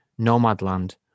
Nomadland